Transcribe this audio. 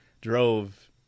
Drove